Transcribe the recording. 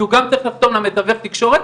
כי הוא גם צריך לשלם למתווך תקשורת,